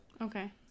Okay